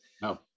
no